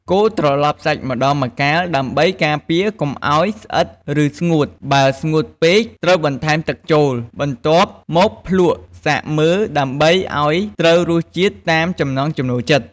កូរត្រឡប់សាច់ម្តងម្កាលដើម្បីការពារកុំឱ្យស្អិតឬស្ងួត បើស្ងួតពេកត្រូវបន្ថែមទឹកចូល បន្ទាប់មកភ្លក្សសាកមើល ដើម្បីឲ្យត្រូវរសជាតិតាមចំណង់ចំណូលចិត្ត។